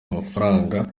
amafaranga